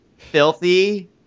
Filthy